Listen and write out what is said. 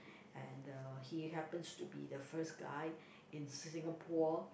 and uh he happens to be the first guy in Singapore